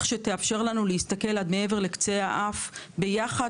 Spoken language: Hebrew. שתאפשר לנו להסתכל עד מעבר לקצה האף ביחד.